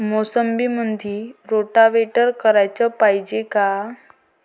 मोसंबीमंदी रोटावेटर कराच पायजे का?